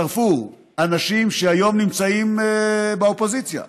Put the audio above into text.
הצטרפו אנשים שהיום נמצאים באופוזיציה.